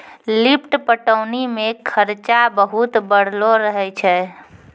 lift पटौनी मे खरचा बहुत बढ़लो रहै छै